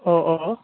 अ अ